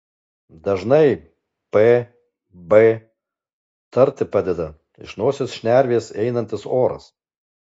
dažnai p b tarti padeda iš nosies šnervės einantis oras